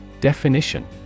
Definition